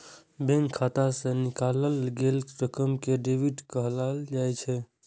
bank खाता सं निकालल गेल रकम कें डेबिट कहल जाइ छै